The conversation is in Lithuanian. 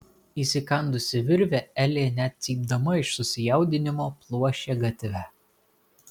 įsikandusi virvę elė net cypdama iš susijaudinimo pluošė gatve